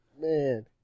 Man